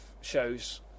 shows